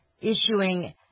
issuing